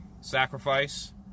sacrifice